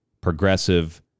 progressive